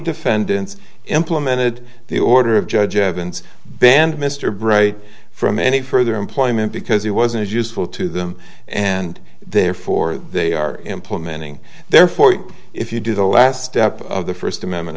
defendants implemented the order of judge evans banned mr bright from any further employment because he wasn't as useful to them and therefore they are implementing therefore if you do the last step of the first amendment